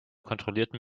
kontrollierten